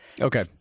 Okay